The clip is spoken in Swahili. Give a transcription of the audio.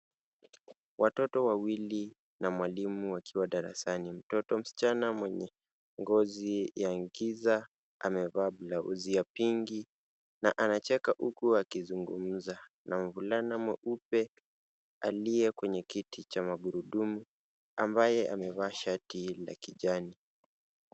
Watoto wawili na mwalimu wakiwa darasani. Mtoto msichana mwenye ngozi ya giza amevaa blauzi ya pinki na anacheka huku akizungumza na mvulana mweupe aliye kwenye kiti cha magurudumu ambaye amevaa shati la kijani.